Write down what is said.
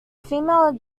female